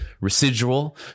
residual